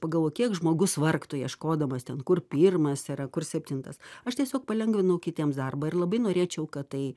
pagal kiek žmogus vargtų ieškodamas ten kur pirmas yra kur septintas aš tiesiog palengvinau kitiems darbą ir labai norėčiau kad tai